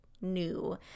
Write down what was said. new